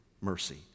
mercy